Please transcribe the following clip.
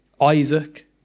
Isaac